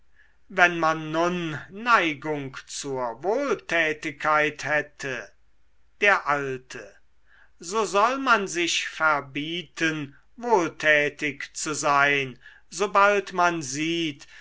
wenn man nun neigung zur wohltätigkeit hätte der alte so soll man sich verbieten wohltätig zu sein sobald man sieht